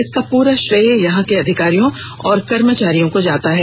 इसका पूरा श्रेय यहां के अधिकारियों और कर्मचारियों को जाता है